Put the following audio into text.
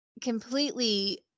completely